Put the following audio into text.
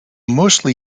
mostly